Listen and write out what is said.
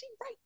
right